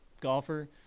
golfer